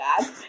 bad